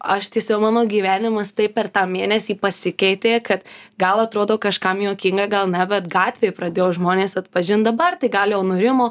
aš tiesiog mano gyvenimas taip per tą mėnesį pasikeitė kad gal atrodo kažkam juokinga gal ne bet gatvėj pradėjo žmonės atpažint dabar tai gal jau nurimo